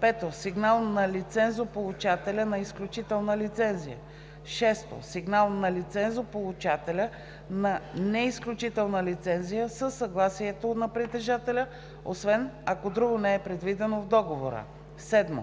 5. сигнал на лицензополучателя на изключителна лицензия; 6. сигнал на лицензополучателя на неизключителна лицензия със съгласието на притежателя, освен ако друго не е предвидено в договора; 7.